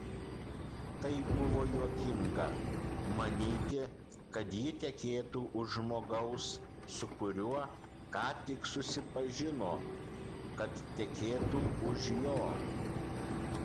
tai buvo juokinga manyti kad ji tekėtų už žmogaus su kuriuo ką tik susipažino kad tekėtų už jo